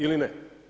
Ili ne.